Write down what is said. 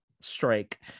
strike